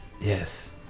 Yes